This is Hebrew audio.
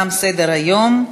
תם סדר-היום.